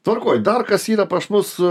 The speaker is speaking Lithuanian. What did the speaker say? tvarkoj dar kas yra pas mus